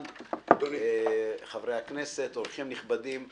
חברי הכנסת, אורחים נכבדים.